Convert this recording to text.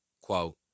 Quote